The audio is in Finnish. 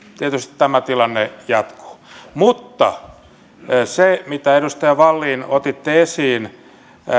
tietysti tämä tilanne jatkuu mutta se kysymys minkä edustaja wallin otitte esiin